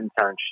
internship